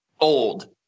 old